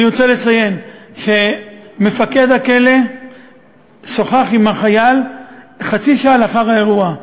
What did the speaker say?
אני רוצה לציין שמפקד הכלא שוחח עם החייל חצי שעה לאחר האירוע.